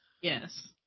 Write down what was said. Yes